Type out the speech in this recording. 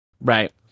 Right